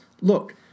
Look